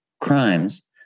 crimes